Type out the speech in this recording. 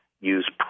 Use